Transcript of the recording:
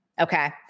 Okay